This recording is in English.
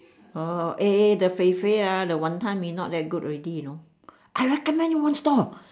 uh eh eh the fei-fei lah the wanton-mee not that good already you know I recommend you one store